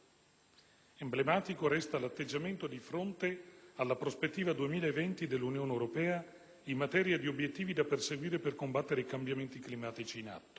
Emblematico resta l'atteggiamento di fronte alla prospettiva 2020 dell'Unione europea in materia di obiettivi da perseguire per combattere i cambiamenti climatici in atto.